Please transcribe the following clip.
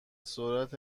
سرعت